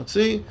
see